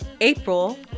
April